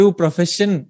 profession